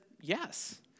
yes